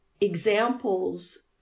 examples